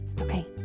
Okay